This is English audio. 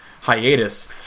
hiatus